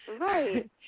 Right